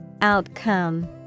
Outcome